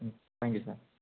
ம் thank you sir